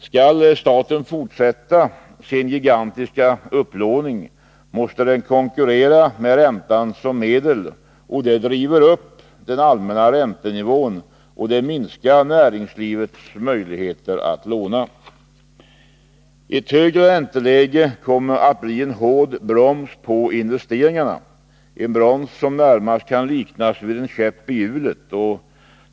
Skall staten fortsätta sin gigantiska upplåning måste den konkurrera med räntan som medel, och det driver upp den allmänna räntenivån och minskar näringslivets möjligheter att låna. Ett högre ränteläge kommer att bli en hård broms på investeringarna, en broms som närmast kan liknas vid en käpp i hjulet.